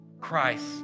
Christ